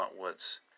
Woods